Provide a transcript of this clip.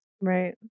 Right